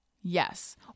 Yes